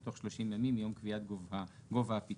בתוך 30 ימים מיום קביעת גובה הפיצויים".